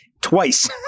twice